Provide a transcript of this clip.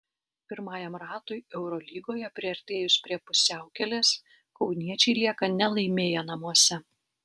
pirmajam ratui eurolygoje priartėjus prie pusiaukelės kauniečiai lieka nelaimėję namuose